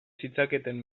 zitzaketen